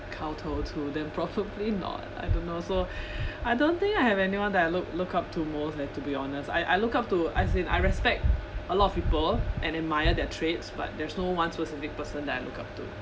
kowtow to them probably not I don't know also I don't think I have anyone that I look look up to more like to be honest I I look up to as in I respect a lot of people and admire their traits but there's no one specific person that I look up to